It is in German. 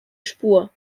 spur